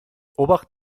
obacht